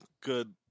good